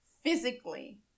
physically